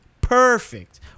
perfect